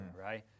Right